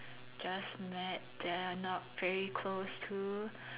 just met that are not very close to